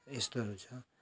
यस्तोहरू छ